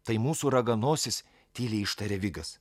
tai mūsų raganosis tyliai ištarė vigas